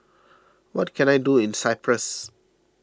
what can I do in Cyprus